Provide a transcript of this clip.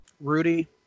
Rudy